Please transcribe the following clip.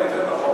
אולי יותר נכון,